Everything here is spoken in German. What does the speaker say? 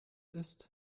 ist